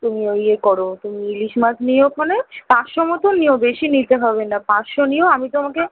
তুমি ঐ ইয়ে করো তুমি ইলিশ মাছ নিও ওখানে পাঁচশো মতো নিও বেশি নিতে হবে না পাঁচশো নিও আমি তোমাকে